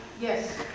Yes